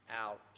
out